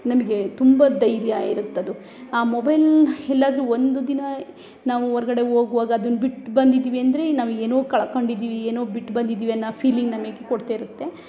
ನಮಗೆ ತುಂಬ ಧೈರ್ಯ ಇರುತ್ತದು ಆ ಮೊಬೈಲ್ ಎಲ್ಲಾದ್ರು ಒಂದು ದಿನ ನಾವು ಹೊರಗಡೆ ಹೋಗುವಾಗ ಅದನ್ನ ಬಿಟ್ಟು ಬಂದಿದ್ವಿ ಅಂದರೆ ನಾವು ಏನೊ ಕಳ್ಕೊಂಡಿದ್ವಿ ಏನೊ ಬಿಟ್ಬಂದಿದೀವಿ ಅನ್ನೋ ಫೀಲಿಂಗ್ ನಮಗ್ ಕೊಡ್ತಾ ಇರುತ್ತೆ